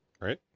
Right